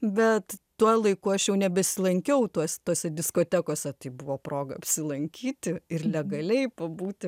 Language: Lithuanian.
bet tuo laiku aš jau nebesilankiau tuos tose diskotekose tai buvo proga apsilankyti ir legaliai pabūti